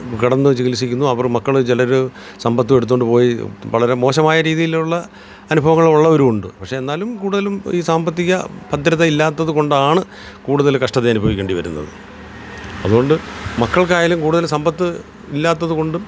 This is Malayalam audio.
കിടന്ന് ചികിത്സിക്കുന്നു അവർ മക്കൾ ചിലർ സമ്പത്തും എടുത്തുകൊണ്ട് പോയി വളരെ മോശമായ രീതിയിലുള്ള അനുഭവങ്ങൾ ഉള്ളവരൂരും ഉണ്ട് പക്ഷേ എന്നാലും കൂടുതലും ഈ സാമ്പത്തിക ഭദ്രത ഇല്ലാത്തതുകൊണ്ടാണ് കൂടുതൽ കഷ്ടത അനുഭവിക്കേണ്ടി വരുന്നത് അതുകൊണ്ട് മക്കൾക്കായാലും കൂടുതൽ സമ്പത്ത് ഇല്ലാത്തതുകൊണ്ടും